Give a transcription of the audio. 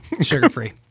Sugar-free